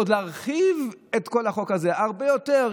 ועוד להרחיב את כל החוק הזה הרבה יותר,